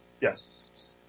Yes